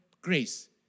grace